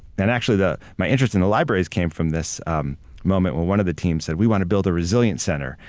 and actually, my interest in the libraries came from this um moment when one of the teams said, we want to build a resilient center.